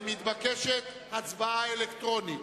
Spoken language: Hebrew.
מתבקשת הצבעה אלקטרונית.